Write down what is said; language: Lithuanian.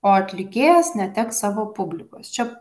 o atlikėjas neteks savo publikos čia